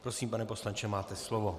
Prosím, pane poslanče, máte slovo.